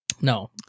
No